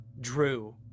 Drew